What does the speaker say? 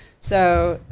so.